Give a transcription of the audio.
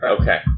Okay